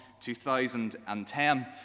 2010